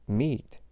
meat